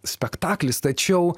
spektaklis tačiau